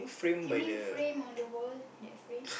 you mean frame on the wall that frame